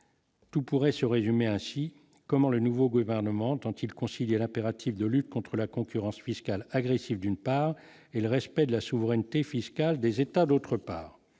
Tout pourrait se résumer ainsi : comment le nouveau gouvernement entend-il impératif de lutte contre la concurrence fiscale agressive, d'une part et le respect de la souveraineté fiscale des États, d'autre part